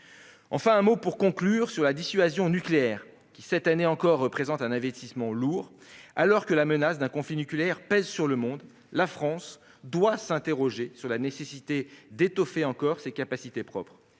je souhaite évoquer la dissuasion nucléaire, qui, cette année encore, représente un investissement lourd. Alors que la menace d'un conflit nucléaire pèse sur le monde, la France doit s'interroger sur la nécessité d'étoffer ses capacités propres.